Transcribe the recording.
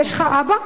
יש לך אבא?